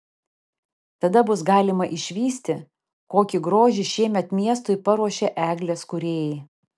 tada bus galima išvysti kokį grožį šiemet miestui paruošė eglės kūrėjai